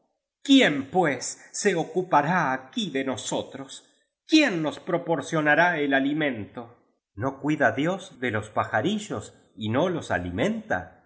quién pues se ocupará aquí de nosotros quién nos proporcionará el alimento no cuida dios de los pajarillos y no los alimenta